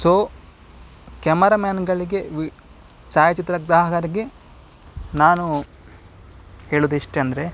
so camera ಮ್ಯಾನ್ಗಳಿಗೆ ವಿ ಛಾಯಾಚಿತ್ರ ಗ್ರಾಹಕರಿಗೆ ನಾನು ಹೇಳೋದಿಷ್ಟಂದ್ರೆ